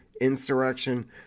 insurrection